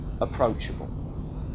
approachable